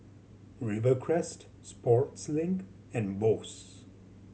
Rivercrest Sportslink and Bose